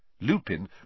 Lupin